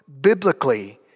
biblically